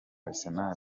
arsenal